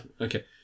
Okay